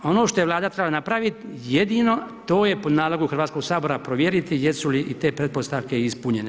Ono što je Vlada trebala napraviti jedino to je po nalogu Hrvatskog sabora provjeriti jesu li i te pretpostavke ispunjene.